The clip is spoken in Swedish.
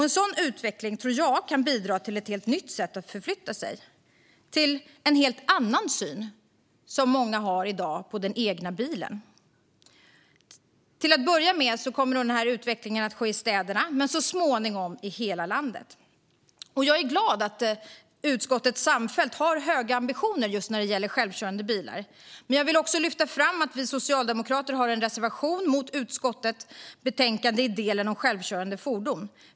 En sådan utveckling tror jag kan bidra till ett helt nytt sätt att förflytta sig och till en helt annan syn än den som många har i dag på den egna bilen. Till att börja med kommer den utvecklingen att ske i städerna men så småningom i hela landet. Jag är glad att utskottet samfällt har höga ambitioner just när det gäller självkörande bilar. Men jag vill också lyfta fram att vi socialdemokrater har en reservation i utskottets betänkande i delen om självkörande fordon.